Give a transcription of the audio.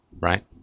right